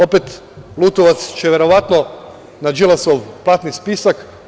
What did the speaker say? Opet, Lutovac će verovatno na Đilasov platni spisak.